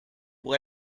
pour